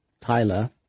tyler